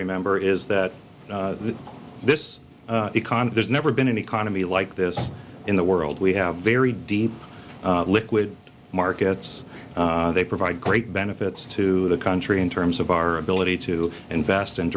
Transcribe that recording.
remember is that this economy there's never been an economy like this in the world we have very deep liquid markets they provide great benefits to the country in terms of our ability to invest